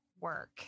work